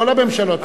כל הממשלות.